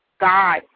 God